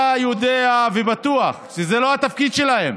אתה יודע שבטוח שזה לא התפקיד שלהם.